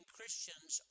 Christians